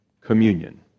communion